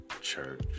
church